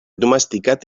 domesticat